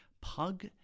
Pug